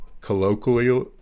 colloquially